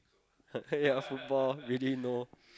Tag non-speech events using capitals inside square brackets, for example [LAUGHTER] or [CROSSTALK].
[LAUGHS] ya football really no